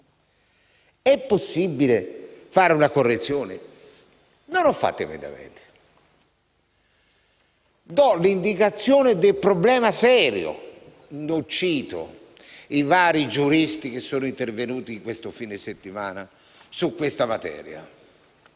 è possibile fare una correzione? Non ho presentato emendamenti. Do l'indicazione di un problema serio. Non cito i vari giuristi intervenuti in questo fine settimana su questa materia